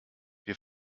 wir